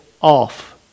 off